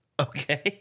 Okay